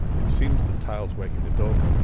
it seems the tails wagging the dog,